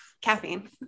caffeine